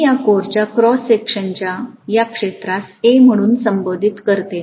मी या कोरच्या क्रॉस सेक्शनच्या या क्षेत्रास A म्हणून संबोधित करते